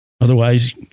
otherwise